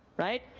right?